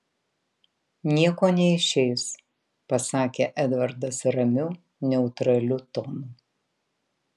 nieko neišeis pasakė edvardas ramiu neutraliu tonu